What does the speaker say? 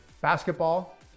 basketball